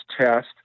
test